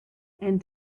and